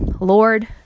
Lord